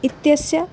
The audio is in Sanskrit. इत्यस्य